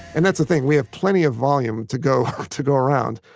and that's the thing. we have plenty of volume to go to go around.